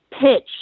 pitch